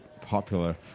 popular